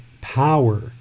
power